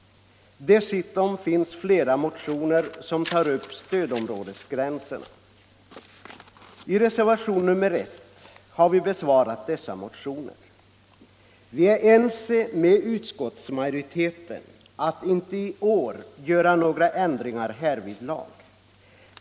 Dessutom finns flera motioner som tar upp stödområdesgränserna. I reservationen 1 har vi besvarat dessa motioner. Vi är ense med utskottsmajoriteten om att inte i år göra några ändringar härvidlag.